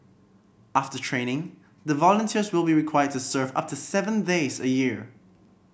after training the volunteers will be required to serve up to seven days a year